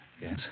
Yes